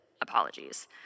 apologies